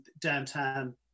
downtown